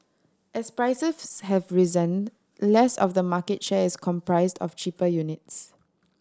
as prices have risen less of the market share is comprised of cheaper units